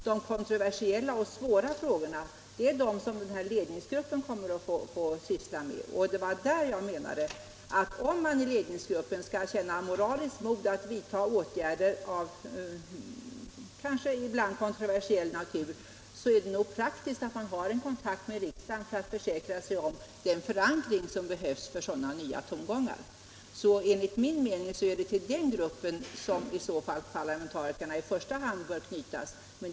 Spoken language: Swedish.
De kontroversiella och svåra frågorna är de som den här ledningsgruppen kommer att få syssla med. Det var därför jag menade att för att ledningsgruppen skall känna moraliskt mod att vidta åtgärder av kanske ibland kontroversiell natur är det nog praktiskt att man har en kontakt med riksdagen för att försäkra sig om den förankring som behövs för sådana nya tongångar. Enligt min mening är det till den gruppen som parlamentarikerna i första hand bör knytas.